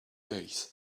days